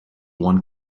won